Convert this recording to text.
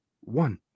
one